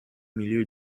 milieu